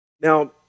Now